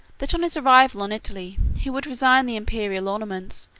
that, on his arrival on italy, he would resign the imperial ornaments,